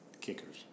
Kickers